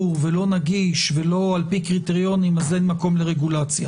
ולא נגיש ולא על פי קריטריונים אז אין מקום לרגולציה